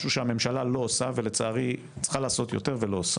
משהו שהממשלה לא עושה ולצערי צריכה לעשות יותר ולא עושה.